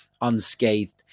unscathed